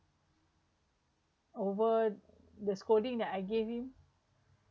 over the scolding that I gave him